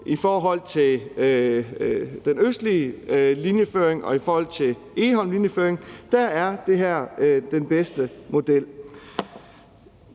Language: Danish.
i forhold til den østlige linjeføring og i forhold til Egholmlinjeføringen, er det her den bedste model.